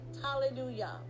hallelujah